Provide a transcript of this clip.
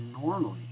normally